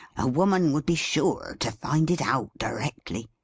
a woman would be sure to find it out directly.